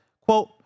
Quote